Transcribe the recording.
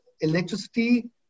electricity